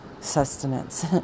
sustenance